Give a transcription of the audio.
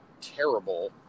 terrible